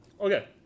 okay